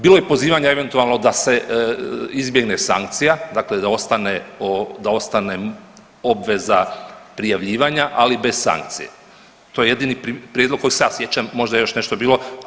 Bilo je pozivanja eventualno da se izbjegne sankcija, dakle da ostane obveza prijavljivanja, ali bez sankcija, to je jedini prijedlog kojeg se ja sjećam, možda je još nešto bilo.